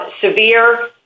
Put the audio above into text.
severe